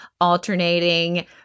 alternating